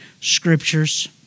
scriptures